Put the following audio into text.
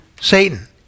satan